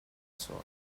sono